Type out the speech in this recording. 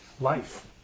life